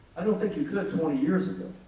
i don't think you could twenty years ago.